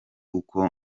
uko